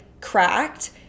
Cracked